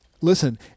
Listen